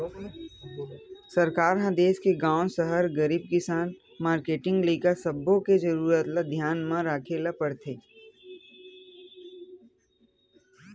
सरकार ह देस के गाँव, सहर, गरीब, किसान, मारकेटिंग, लइका सब्बो के जरूरत ल धियान म राखे ल परथे